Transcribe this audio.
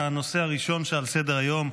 הנושא הראשון שעל סדר-היום,